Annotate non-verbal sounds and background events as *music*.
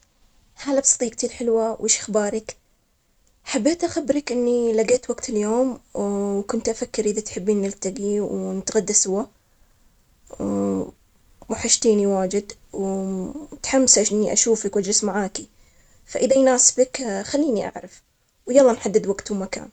هلا بصديقتي الحلوة؟ ويش أخبارك؟ حبيت أخبرك إني لقيت وقت اليوم وكنت أفكر إذا تحبين نلتقي ونتغدى سوا. *hesitation* وحشتيني واجد ومتحمسة إني أشوفك وأجلس معاكي. فإذا يناسبك خليني أعرف. ويلا نحدد وقت ومكان.